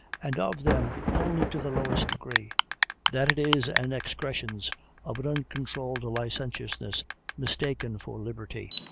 and of them only to the lowest degree that it is an excrescence of an uncontrolled licentiousness mistaken for liberty,